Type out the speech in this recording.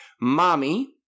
Mommy